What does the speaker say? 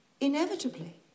inevitably